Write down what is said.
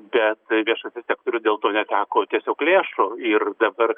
bet viešasis sektorius dėl to neteko tiesiog lėšų ir dabar